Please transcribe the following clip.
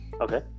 Okay